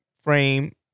Frame